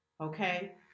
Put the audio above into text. okay